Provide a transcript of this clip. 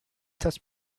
test